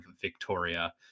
Victoria